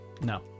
no